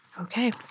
Okay